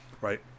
right